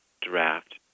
draft